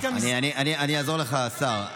אני אעזור לך, השר.